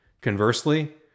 Conversely